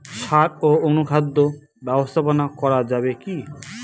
সাড় ও অনুখাদ্য ব্যবস্থাপনা করা যাবে কি?